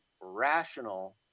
rational